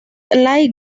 like